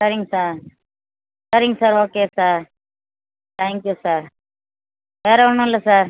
சரிங்க சார் சரிங்க sir okay sir thank you sir வேறு ஒன்றும் இல்லை சார்